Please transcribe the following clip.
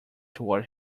toward